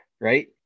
right